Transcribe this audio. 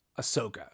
Ahsoka